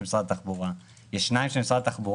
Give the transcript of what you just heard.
(1) עד (4) שבסעיף 23". פסקאות (1) עד (4) זה: "(1)